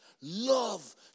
love